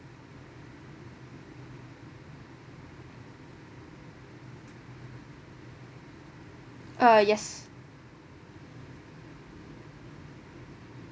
uh yes